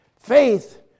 Faith